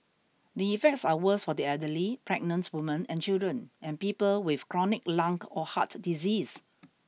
the effects are worse for the elderly pregnant women and children and people with chronic lung or heart disease